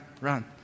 run